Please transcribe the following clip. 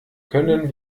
können